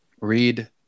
read